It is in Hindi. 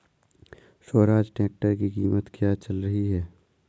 स्वराज ट्रैक्टर की कीमत क्या चल रही है?